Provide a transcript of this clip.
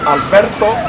Alberto